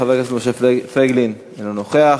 חבר הכנסת משה פייגלין, אינו נוכח.